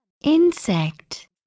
Insect